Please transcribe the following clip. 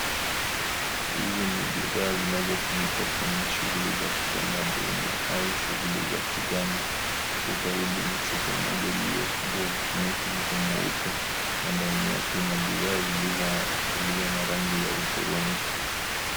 Hizi ni bidhaa zinazotumika kwenye shuguli za kitamaduni au shuguli za kiganga, huku karibu ni chupa moja iliyofungwa kwa kutumia ufuniko mweupe, na ndani yake una bidhaa iliyo na rangi ya uthurungi.